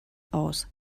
aus